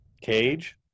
Cage